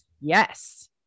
Yes